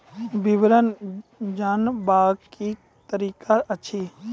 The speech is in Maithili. विवरण जानवाक की तरीका अछि?